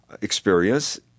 experience